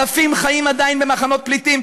אלפים חיים עדיין במחנות פליטים,